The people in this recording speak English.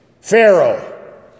Pharaoh